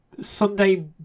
Sunday